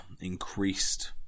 increased